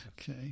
okay